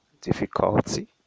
difficulty